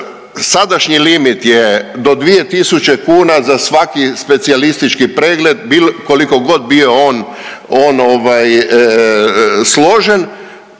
sadašnji limit je do 2.000 kuna za svaki specijalistički pregled koliko god bio on ovaj